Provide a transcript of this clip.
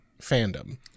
fandom